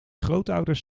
grootouders